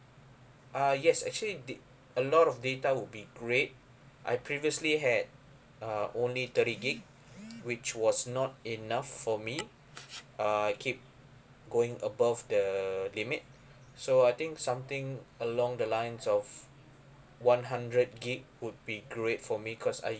uh yes actually did a lot of data would be great I previously had uh only thirty gig which was not enough for me uh I keep going above the limit so I think something along the lines of one hundred gig would be great for me cause I